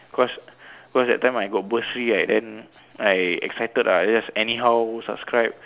cause cause that time I got bursary right then I excited ah I just anyhow subscribe